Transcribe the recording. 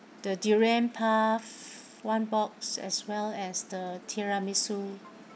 the durian puff one box as well as the tiramisu